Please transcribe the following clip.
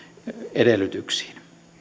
edellytyksiin